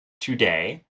today